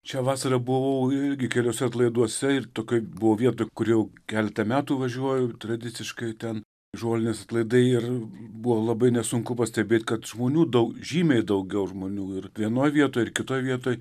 šią vasarą buvau irgi keliuose atlaiduose ir kaip buvo vietų kur jau keletą metų važiuoju tradiciškai ten žolinės atlaidai ir buvo labai nesunku pastebėti kad žmonių daug žymiai daugiau žmonių ir vienoj vietoj ir kitoj vietoj